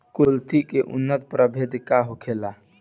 कुलथी के उन्नत प्रभेद का होखेला?